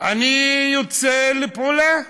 אני יוצא לפעולה,